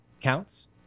counts